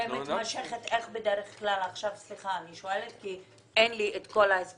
ולגבי התעללות מתמשכת אני שואלת כי אין לי את האספקט